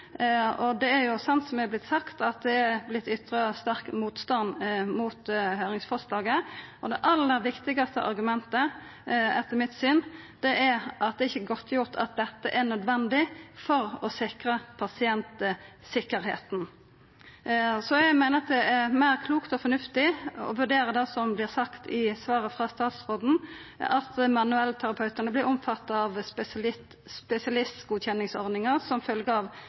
og det er slik som det er sagt, at det er ytra sterk motstand mot høyringsforslaget. Det aller viktigaste argumentet etter mitt syn er at det ikkje er godtgjort at dette er nødvendig for å sikra pasientsikkerheita. Så eg meiner det er klokare og meir fornuftig å vurdera det som vert sagt i svaret frå statsråden, at manuellterapeutane vert omfatta av spesialistgodkjenningsordninga som følgjer av